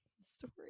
story